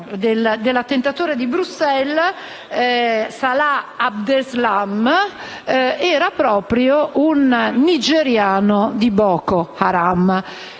dell'attentatore di Bruxelles, Salah Abdeslam, era proprio un nigeriano di Boko Haram.